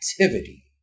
activity